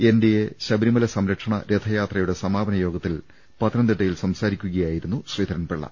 N D A Sabarimala സംരക്ഷണ രഥയാത്രയുടെ സമാപനയോഗത്തിൽ പത്തനംതിട്ട യിൽ സംസാരിക്കുകയായിരുന്നു ശ്രീധരൻപിള്ള